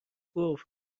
گفت